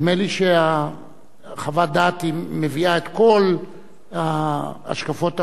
נדמה לי שחוות הדעת מביאה את כל השקפות העולם.